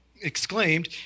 exclaimed